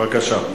בבקשה.